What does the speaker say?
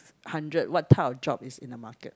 hundred what type of job is in the market